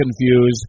confused